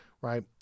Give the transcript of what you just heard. right